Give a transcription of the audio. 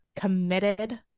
committed